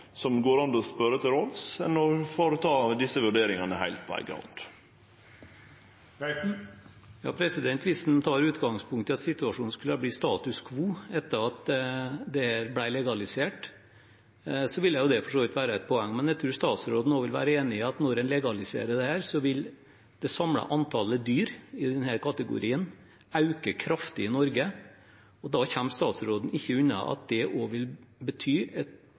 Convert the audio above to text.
går an å spørje til råds enn å gjere desse vurderingane heilt på eiga hand. Hvis en tar utgangspunkt i at situasjonen ville være status quo etter at dette ble legalisert, ville det for så vidt være et poeng. Men jeg tror statsråden er enig i at når en legaliserer dette, vil det samlede antallet dyr i denne kategorien i Norge øke kraftig. Da kommer statsråden ikke unna at det også vil bety et